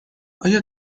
آیا